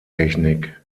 technik